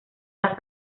las